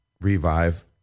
revive